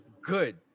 good